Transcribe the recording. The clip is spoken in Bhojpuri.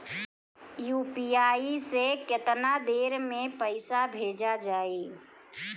यू.पी.आई से केतना देर मे पईसा भेजा जाई?